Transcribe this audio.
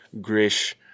Grish